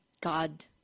God